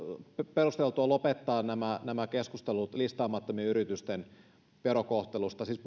perusteltua lopettaa nämä nämä keskustelut listaamattomien yritysten verokohtelusta siis